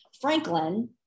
Franklin